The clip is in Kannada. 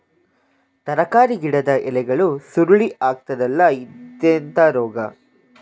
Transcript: ತರಕಾರಿ ಗಿಡದ ಎಲೆಗಳು ಸುರುಳಿ ಆಗ್ತದಲ್ಲ, ಇದೆಂತ ರೋಗ?